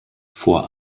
vor